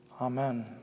Amen